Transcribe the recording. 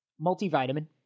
multivitamin